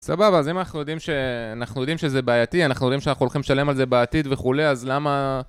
סבבה, אז אם אנחנו יודעים ש אנחנו יודעים שזה בעייתי, אנחנו יודעים שאנחנו הולכים לשלם על זה בעתיד וכולי, אז למה...